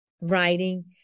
writing